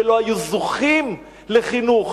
שלא היו זוכים לחינוך,